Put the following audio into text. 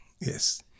Yes